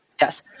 Yes